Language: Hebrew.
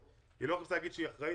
היא לא חיפשה לומר שהיא אחראית,